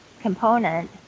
component